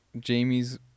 Jamie's